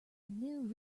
new